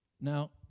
Now